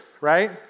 right